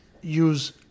use